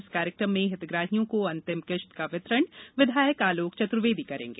इस कार्यक्रम में हितग्राहियों को अंतिम किश्त का वितरण विधायक आलोक चतुर्वेदी करेंगे